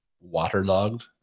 waterlogged